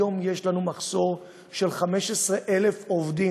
היום יש לנו מחסור של 15,000 עובדים,